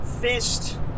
fist